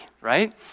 right